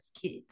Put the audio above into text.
kids